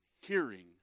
Hearing